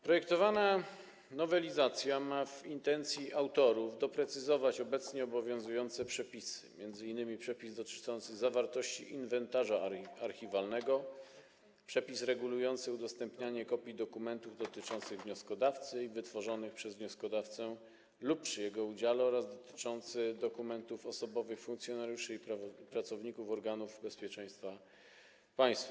Projektowana nowelizacja ma według intencji autorów doprecyzować obecnie obowiązujące przepisy, m.in. przepis dotyczący zwartości inwentarza archiwalnego, przepis regulujący udostępnianie kopii dokumentów dotyczących wnioskodawcy i wytworzonych przez wnioskodawcę lub przy jego udziale oraz przepis dotyczący dokumentów osobowych funkcjonariuszy i pracowników organów bezpieczeństwa państwa.